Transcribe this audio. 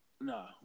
no